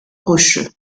rocheux